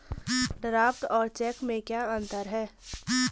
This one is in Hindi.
ड्राफ्ट और चेक में क्या अंतर है?